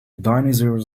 dinosaurs